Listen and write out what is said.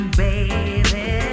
baby